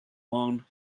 one